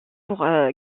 pour